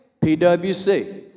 PWC